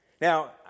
Now